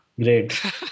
Great